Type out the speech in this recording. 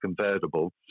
convertible